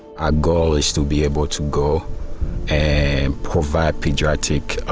our goal is to be able to go and provide pediatric